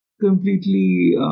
completely